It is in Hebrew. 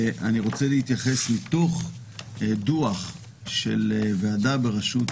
אני רוצה להתייחס מתוך דוח של ועדה בראשות